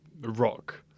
rock